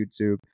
YouTube